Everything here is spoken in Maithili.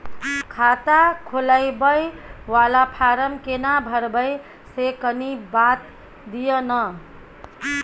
खाता खोलैबय वाला फारम केना भरबै से कनी बात दिय न?